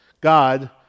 God